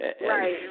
right